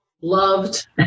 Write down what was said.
loved